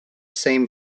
same